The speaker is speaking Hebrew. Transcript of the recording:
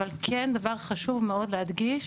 אבל חשוב מאוד להדגיש